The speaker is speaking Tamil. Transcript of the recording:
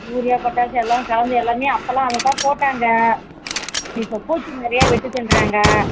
யூரியா பொட்டாஸு எல்லாம் கலந்து எல்லாமே அப்போல்லாம் அதை தான் போட்டாங்க இப்போ பூச்சி நிறையா விட்டுச்சின்றாங்க